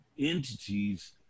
Entities